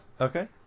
Okay